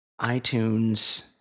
iTunes